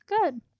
Good